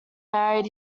married